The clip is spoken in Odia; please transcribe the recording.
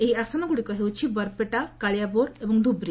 ଏହି ଆସନଗୁଡ଼ିକ ହେଉଛି ବରପେଟା କାଳିଆବୋର୍ ଏବଂ ଧୁବ୍ରୀ